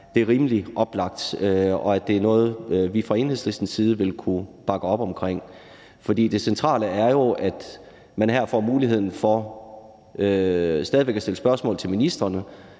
her, er rimelig oplagt, og at det er noget, som vi fra Enhedslistens side vil kunne bakke op omkring. For det centrale er jo, at man her stadig væk får muligheden for at stille spørgsmål til ministrene,